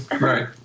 Right